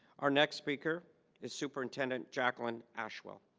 our next speaker is superintendent jacqueline asheville